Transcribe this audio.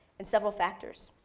and several factors.